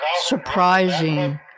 surprising